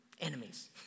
enemies